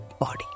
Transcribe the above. body